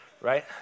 right